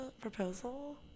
proposal